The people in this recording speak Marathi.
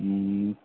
हं